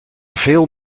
veel